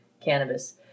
cannabis